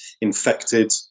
infected